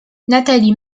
nathalie